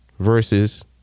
Versus